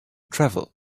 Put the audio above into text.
travel